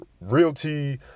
realty